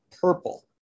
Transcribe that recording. purple